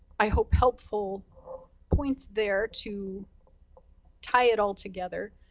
i hope, helpful points there to tie it all together.